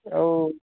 ଆଉ